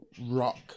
rock